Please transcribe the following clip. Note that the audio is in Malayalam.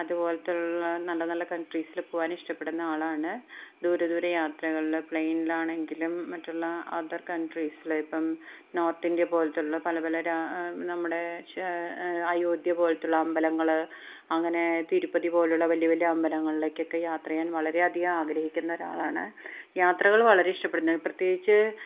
അതുപോലത്തെ ഉള്ള നല്ല നല്ല കണ്ട്രീസിൽ പോവാന് ഇഷ്ടപ്പെടുന്ന ആളാണ് ദൂരെ ദൂരെ യാത്രകളിൽ പ്ലെയിനിലാണെങ്കിലും മറ്റുള്ള അദര് കണ്ട്രീസിൽ ഇപ്പം നോര്ത്ത് ഇന്ത്യ പോലത്തെ ഉള്ള പല പല രാ നമ്മുടെ ച അയോദ്ധ്യ പോലത്തെ ഉള്ള അമ്പലങ്ങൾ അങ്ങനെ തിരുപ്പതി പോലെയുള്ള വലിയ വലിയ അമ്പലങ്ങളിലേക്ക് ഒക്കെ യാത്ര ചെയ്യാൻ വളരെ അധികം ആഗ്രഹിക്കുന്ന ഒരാളാണ് യാത്രകൾ വളരെ ഇഷ്ടപ്പെടുന്ന പ്രത്യേകിച്ച്